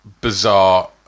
bizarre